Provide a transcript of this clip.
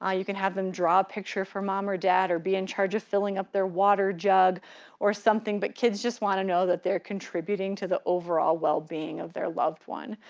you can have them draw a picture for mom or dad or be in charge of filling up their water jug or something, but kids just wanna know that they're contributing to the overall wellbeing of their loved one.